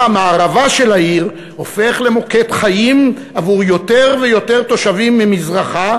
מערבה של העיר הופך למוקד חיים עבור יותר ויותר תושבים ממזרחה,